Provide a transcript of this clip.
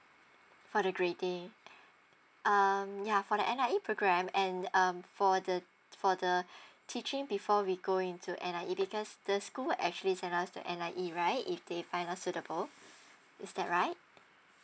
what a great day um ya for the N_I_E program and um for the for the teaching before we go into N_I_E because the school actually send us to N_I_E right if they find us suitable is that right